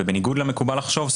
ובניגוד למקובל לחשוב,